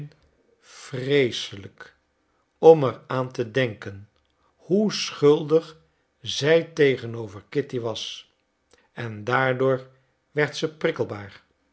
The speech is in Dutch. vreeselijk om er aan te denken hoe schuldig zij tegenover kitty was en daardoor werd zij